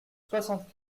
soixante